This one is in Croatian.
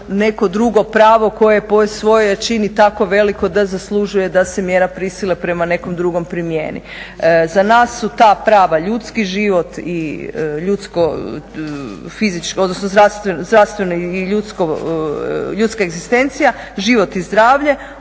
neko drugo pravo koje je po svojoj jačini tako veliko da zaslužuje da se mjera prisile prema nekom drugom primijeni. Za nas su ta prava ljudski život, odnosno zdravstveno i ljudska egzistencija, život i zdravlje,